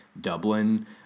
Dublin